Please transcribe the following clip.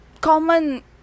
common